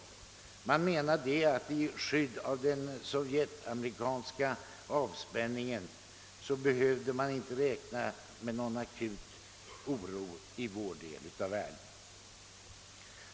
Socialdemokraterna ansåg att man, i skydd av den sovjetisk-amerikanska avspänningen, inte behövde räkna med någon akut oro i vår del av världen.